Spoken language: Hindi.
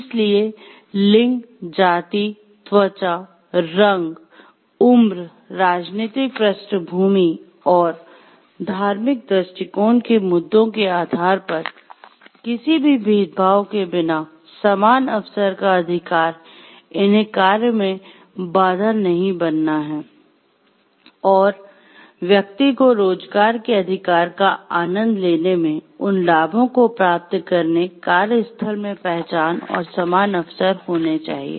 इसलिए लिंग जाति त्वचा रंग उम्र राजनीतिक पृष्ठभूमि और धार्मिक दृष्टिकोण के मुद्दों के आधार पर किसी भी भेदभाव के बिना समान अवसर का अधिकार इन्हें कार्य में बाधा नहीं बनना है और व्यक्ति को रोजगार के अधिकार का आनंद लेने में उन लाभों को प्राप्त करने कार्यस्थल में पहचान और समान अवसर होने चाहिए